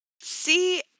see